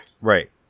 Right